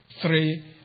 three